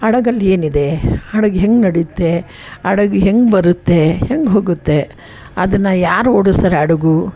ಹಡಗಲ್ಲೇನಿದೆ ಹಡಗು ಹೇಗ್ ನಡೆಯತ್ತೆ ಹಡಗು ಹೇಗ್ ಬರುತ್ತೆ ಹೇಗ್ ಹೋಗುತ್ತೆ ಅದನ್ನು ಯಾರು ಓಡಿಸ್ತಾರೆ ಹಡಗು